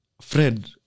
Fred